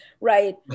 right